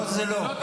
לא, זה לא.